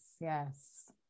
Yes